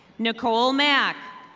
nicole mack.